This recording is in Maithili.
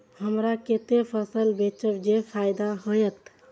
हमरा कते फसल बेचब जे फायदा होयत?